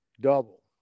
double